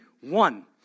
one